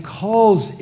calls